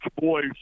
boys